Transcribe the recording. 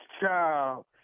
child